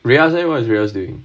name leh what is name doing